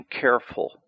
careful